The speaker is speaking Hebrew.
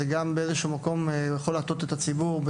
וגם יכול להטעות את הציבור,